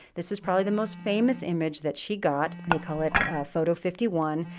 this is probably the most famous image that she got. they call it photo fifty one,